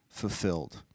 fulfilled